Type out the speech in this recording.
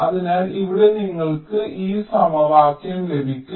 അതിനാൽ ഇവിടെ നിങ്ങൾക്ക് ഈ സമവാക്യം ലഭിക്കും